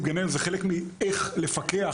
זה חלק מאיך לפקח,